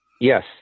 Yes